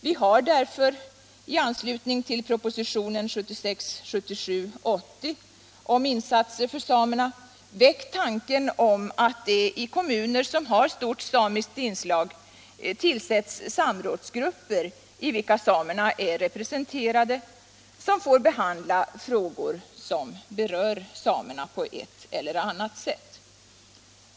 Vi har därför i anslutning till propositionen 1976/77:80 om insatser för samerna väckt tanken att det i kommuner som har stort samiskt inslag tillsätts samrådsgrupper i vilka samerna är representerade, som får behandla frågor som berör samerna på ett eller annat sätt.